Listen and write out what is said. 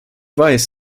weiß